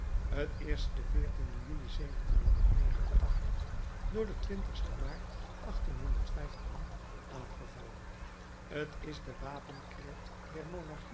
t is den juli door den sten maart aangevallen t is de wapenkreet